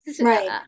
Right